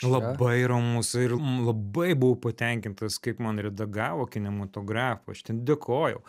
labai ramus ir labai buvau patenkintas kaip man redagavo kinematografą aš ten dėkojau